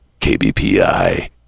KBPI